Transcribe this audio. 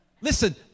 Listen